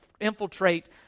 infiltrate